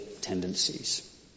tendencies